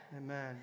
amen